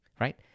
right